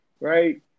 right